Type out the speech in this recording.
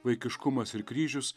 vaikiškumas ir kryžius